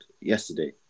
yesterday